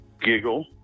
giggle